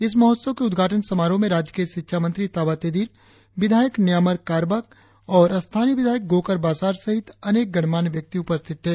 इस महोत्सव के उद्घाटन समारोह में राज्य के शिक्षा मंत्री ताबा तेदिर विधायक न्यामर कारबाक और स्थानीय विधायक गोकर बासार सहित अनेक गणमान्य व्यक्ति उपस्थित थे